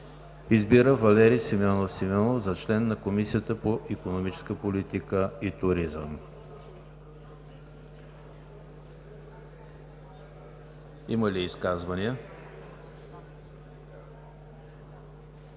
Избира Валери Симеонов Симеонов за член на Комисията по икономическа политика и туризъм.“ Има ли изказвания?